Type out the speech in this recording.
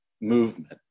movement